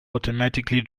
automatically